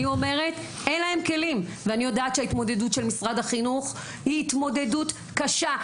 אני יודעת שההתמודדות של משרד החינוך היא התמודדות קשה,